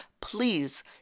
please